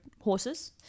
horses